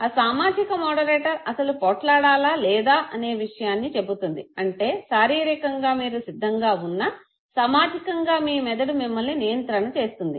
ఆ సామాజిక మోడరేటర్ అసలు పోట్లాడాల లేదా అనే విషయాన్ని చెబుతుంది అంటే శారీరికంగా మీరు సిద్ధంగా ఉన్నా సామాజికంగా మీ మెదడు మిమ్మలిని నియంత్రణ చేస్తుంది